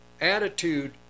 attitude